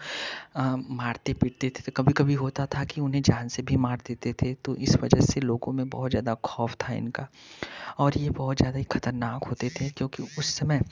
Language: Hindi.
मारते पीटते थे कभी कभी होता था कि उन्हें जान से भी मार देते थे तो इस वजह से लोगों में बहुत ज़्यादा खौफ़ था इनका और यह बहुत ज़्यादा खतरनाक होते थे क्योंकि उस समय